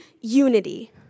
unity